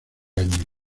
año